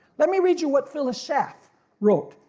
let me read you what phyllis chef wrote,